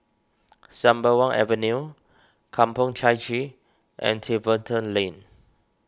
Sembawang Avenue Kampong Chai Chee and Tiverton Lane